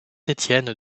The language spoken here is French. étienne